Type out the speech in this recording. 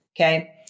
Okay